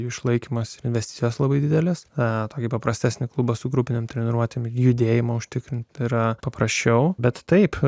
išlaikymas investicijos labai didelės a tokį paprastesnį klubą su grupinėms treniruotėms judėjimą užtikrinti yra paprasčiau bet taip